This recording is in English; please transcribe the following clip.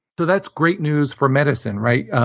so that's great news for medicine. right?